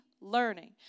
learning